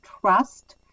trust